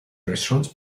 restaurants